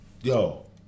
yo